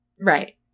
Right